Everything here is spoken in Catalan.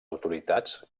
autoritats